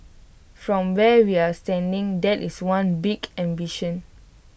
from where we're standing that is one big ambition